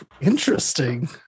Interesting